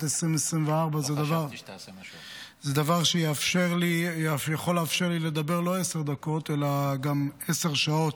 2024. זה דבר שיכול לאפשר לי לא עשר דקות אלא גם עשר שעות,